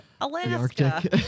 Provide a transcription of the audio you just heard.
Alaska